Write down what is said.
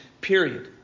period